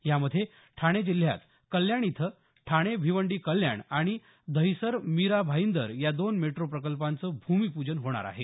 यामध्ये ठाणे जिल्ह्यात कल्याण इथं ठाणे भिवंडी कल्याण आणि दहीसर मीरा भाईंदर या दोन मेट्रो प्रकल्पांचं भूमिपूजन होणार आहे